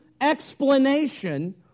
explanation